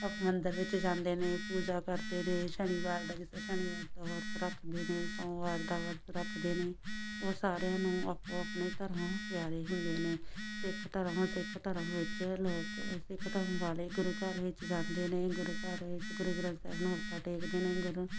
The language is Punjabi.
ਅਪ ਮੰਦਰ ਵਿੱਚ ਜਾਂਦੇ ਨੇ ਪੂਜਾ ਕਰਦੇ ਨੇ ਸ਼ਨੀਵਾਰ ਦਾ ਜਿਸ ਤਰ੍ਹਾਂ ਸ਼ਨੀਵਾਰ ਦਾ ਵਰਤ ਰੱਖਦੇ ਨੇ ਸੋਮਵਾਰ ਦਾ ਵਰਤ ਰੱਖਦੇ ਨੇ ਉਹ ਸਾਰਿਆਂ ਨੂੰ ਆਪੋ ਆਪਣੇ ਧਰਮ ਪਿਆਰੇ ਹੁੰਦੇ ਨੇ ਸਿੱਖ ਧਰਮ ਸਿੱਖ ਧਰਮ ਵਿੱਚ ਲੋਕ ਸਿੱਖ ਧਰਮ ਵਾਲੇ ਗੁਰੂ ਘਰ ਵਿੱਚ ਜਾਂਦੇ ਨੇ ਗੁਰੂ ਘਰ ਵਿੱਚ ਗੁਰੂ ਗ੍ਰੰਥ ਸਾਹਿਬ ਨੂੰ ਮੱਥਾ ਟੇਕਦੇ ਨੇ ਗੁਰੂ